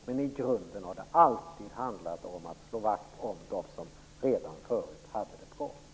Men i grunden har det alltid handlat om att slå vakt om dem som redan innan hade det bra.